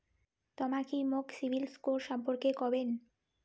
তমা কি মোক সিবিল স্কোর সম্পর্কে কবেন?